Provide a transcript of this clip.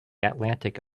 atlantic